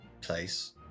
place